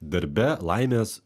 darbe laimės